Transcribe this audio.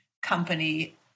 company